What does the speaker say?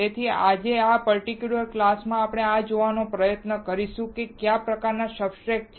તેથી આજે આ પર્ટિક્યુલર ક્લાસ માં આપણે જોવાનો પ્રયત્ન કરીશું કે કયા પ્રકારનાં સબસ્ટ્રેટ્સ છે